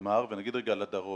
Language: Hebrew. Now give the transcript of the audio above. אמר ואני אומר לגבי הדרום.